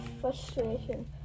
frustration